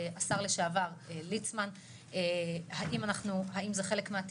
השר לשעבר, ליצמן, האם זה חלק מהתקצוב,